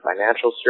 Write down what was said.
financial